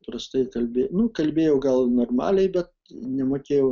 prastai kalbė nu kalbėjau gal normaliai bet nemokėjau